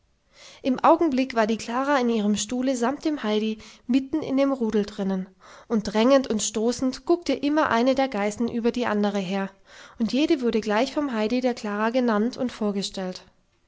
im augenblick war die klara in ihrem stuhle samt dem heidi mitten in dem rudel drinnen und drängend und stoßend guckte immer eine der geißen über die andere her und jede wurde gleich vom heidi der klara genannt und vorgestellt